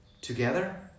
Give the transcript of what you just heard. together